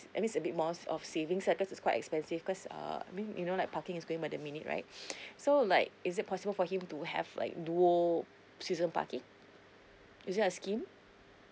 I mean it's a bit more of savings ah cause it's quite expensive cause err I mean you know like parking is going by the minute right so like is it possible for him to have like duo season parking is there a scheme